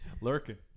lurking